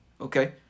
okay